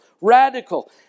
radical